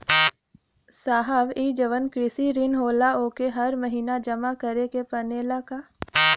साहब ई जवन कृषि ऋण होला ओके हर महिना जमा करे के पणेला का?